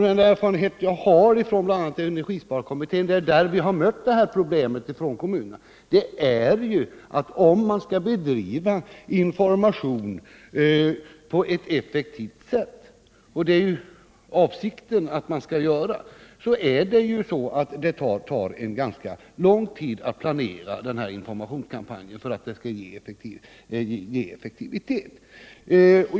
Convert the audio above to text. Den erfarenhet jag har från bl.a. energisparkommittén, där vi har mött detta problem i kommunerna, är att om man skall bedriva informationsverksamhet på ett effektivt sätt, så tar det ganska lång tid att planera informationskampanjen.